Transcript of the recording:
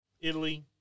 Italy